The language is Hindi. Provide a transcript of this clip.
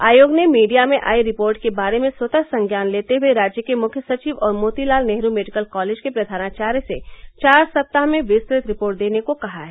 आयोग ने मीडिया में आई रिपोर्ट के बारे में स्वतः संज्ञान लेते हुए राज्य के मुख्य सचिव और मोती लाल नेहरू मेडिकल कॉलेज के प्रधानाचार्य से चार सप्ताह में विस्तृत रिपोर्ट देने को कहा है